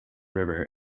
river